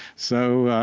so,